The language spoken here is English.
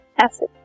acid